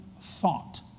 thought